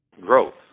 growth